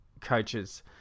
coaches